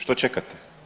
Što čekate?